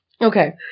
Okay